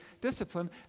discipline